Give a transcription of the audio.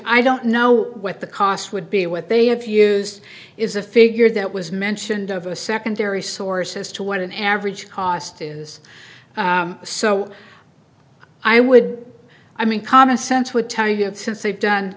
i don't know what the cost would be what they have used is a figure that was mentioned of a secondary source as to what an average cost is so i would i mean common sense would tell you have since they've done